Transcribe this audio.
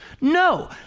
No